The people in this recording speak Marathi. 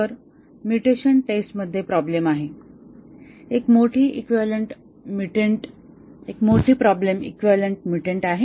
तर म्युटेशन टेस्टमध्ये प्रॉब्लेम आहे एक मोठी प्रॉब्लेम इक्विवैलन्ट म्युटंट आहे